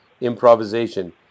Improvisation